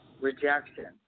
Rejection